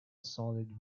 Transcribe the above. solid